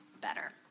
better